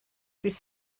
ddydd